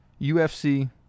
UFC